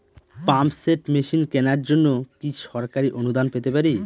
Pump set machine কেনার জন্য কি সরকারি অনুদান পেতে পারি?